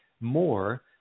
more